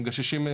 שמגששים,